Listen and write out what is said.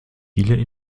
viele